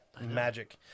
magic